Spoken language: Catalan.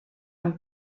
amb